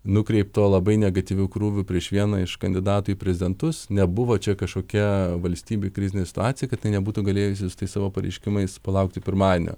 nukreipto labai negatyviu krūviu prieš vieną iš kandidatų į prezidentus nebuvo čia kažkokia valstybėj krizinė situacija kad jinai nebūtų galėjusi su tais savo pareiškimais palaukti pirmadienio